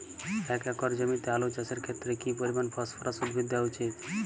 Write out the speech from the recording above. এক একর জমিতে আলু চাষের ক্ষেত্রে কি পরিমাণ ফসফরাস উদ্ভিদ দেওয়া উচিৎ?